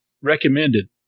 recommended